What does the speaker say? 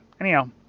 anyhow